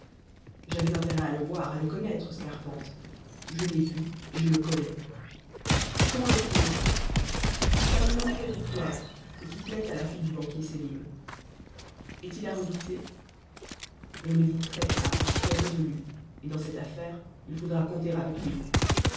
j'avais intérêt à le voir à le connaître scarpante je l'ai vu et je le connais comment est-il c'est un jeune homme fait pour plaire et qui plaît à la fille du banquier sélim est-il à redouter on le dit très brave très résolu et dans cette affaire il faudra compter avec lui